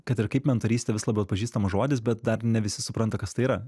kad ir kaip mentorystė vis labiau atpažįstamas žodis bet dar ne visi supranta kas tai yra